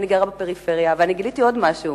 אני גרה בפריפריה וגיליתי עוד משהו.